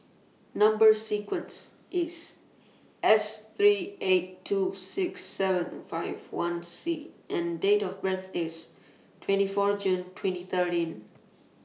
Number sequence IS S three eight two six seven five one C and Date of birth IS twenty four June twenty thirteen